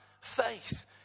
faith